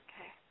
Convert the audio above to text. Okay